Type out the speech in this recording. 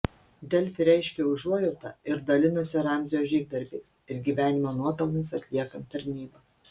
delfi reiškia užuojautą ir dalinasi ramzio žygdarbiais ir gyvenimo nuopelnais atliekant tarnybą